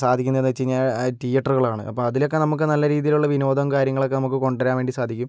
സാധിക്കുന്നതെന്ന് വെച്ച് കഴിഞ്ഞാൽ തിയറ്ററുകളാണ് അപ്പം അതിലൊക്കെ നമുക്ക് നല്ല രീതിയിലുള്ള വിനോദം കാര്യങ്ങളൊക്കെ നമുക്ക് കൊണ്ടുവരാൻ വേണ്ടി സാധിക്കും